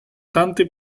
tante